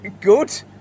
Good